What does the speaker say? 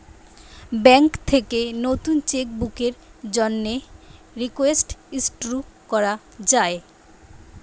bank থেকে নতুন cheque বুকের জন্যে রিকোয়েস্ট ইস্যু করা যায়